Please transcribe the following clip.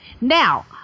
Now